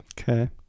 Okay